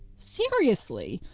seriously.